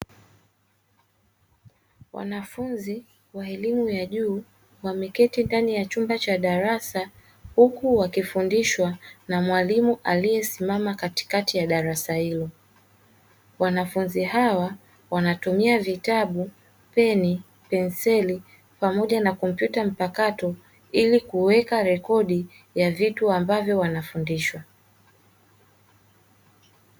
Wanafunzi wa elimu ya juu wameketi ndani ya chumba cha darasa huku wakifundishwa na mwalimu aliyesimama katikati ya darasa hili; Wanafunzi hawa wanatumia vitabu, peni, penseli pamoja na kompyuta mpakato ili kuweka rekodi ya vitu ambavyo wanafundishwa.